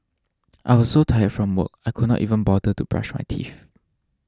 I was so tired from work I could not even bother to brush my teeth